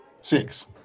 Six